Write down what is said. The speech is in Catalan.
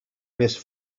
més